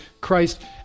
Christ